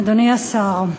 אדוני השר,